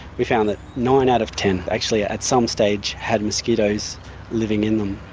we found that nine out of ten actually at some stage had mosquitoes living in them.